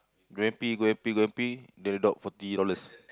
go m_p go m_p go m_p they reduct forty dollars